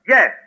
Yes